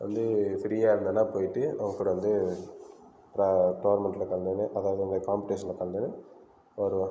வந்து ஃப்ரியாக இருந்தேனா போய்ட்டு அவங்க கூட வந்து டோர்னமெண்ட்டில் கலந்துகின்னு அதாவது இந்தமாதிரி காம்படிஷனில் கலந்துக்கின்னு வருவோம்